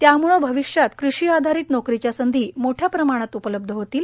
त्याम्ळं भविष्यात कृषी आधारित नोकरीच्या संधी मोठ्या प्रमाणात उपलब्ध होतील